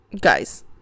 Guys